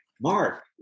Mark